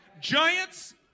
Giants